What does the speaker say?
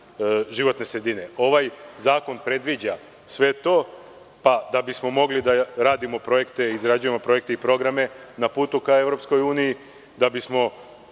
životne sredine. Ovaj zakon predviđa sve to, pa da bismo mogli da radimo projekte i izrađujemo projekte i programe na putu ka EU, da bismo